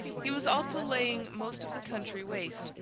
he was also laying most of the country waste.